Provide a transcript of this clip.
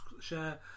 share